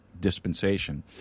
dispensation